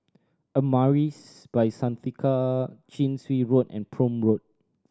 Amaris By Santika Chin Swee Road and Prome Road